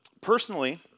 personally